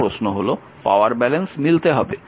আমার প্রশ্ন হল পাওয়ার ব্যালেন্স মিলতে হবে